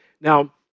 Now